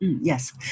Yes